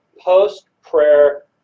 post-prayer